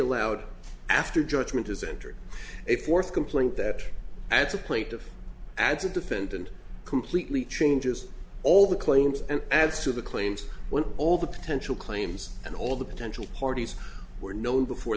allowed after judgment is entered a fourth complaint that at the plate of adds a defendant completely changes all the claims and adds to the claims when all the potential claims and all the potential parties were known before